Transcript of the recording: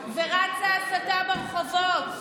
ורצה הסתה ברחובות,